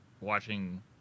watching